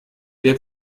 der